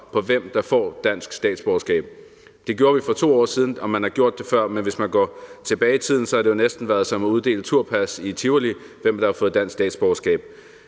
på, hvem der får dansk statsborgerskab. Det gjorde vi for 2 år siden, og man har gjort det før, men hvis man går tilbage i tiden, har det jo næsten været som at uddele turpas i Tivoli, med hensyn til hvem der har fået dansk statsborgerskab.